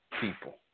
people